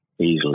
easily